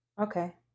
Okay